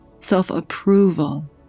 self-approval